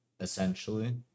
essentially